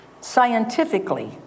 scientifically